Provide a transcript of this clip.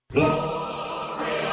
Glory